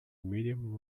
medium